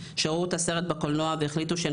שראו את הסרט בקולנוע והחליטו שהן